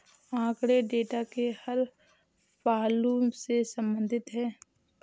आंकड़े डेटा के हर पहलू से संबंधित है